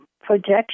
projection